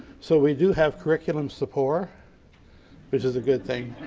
so we do have curriculum suppor which is a good thing.